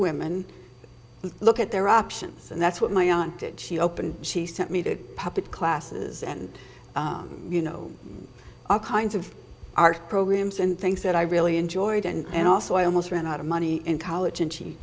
women look at their options and that's what my own did she opened she sent me to puppet classes and you know all kinds of art programs and things that i really enjoyed and also i almost ran out of money in college and she